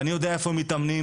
אני יודע איפה הם מתאמנים,